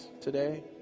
today